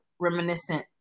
reminiscent